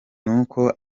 nuko